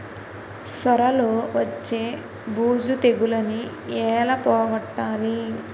సొర లో వచ్చే బూజు తెగులని ఏల పోగొట్టాలి?